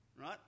right